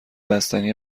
بستنی